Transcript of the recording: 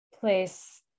place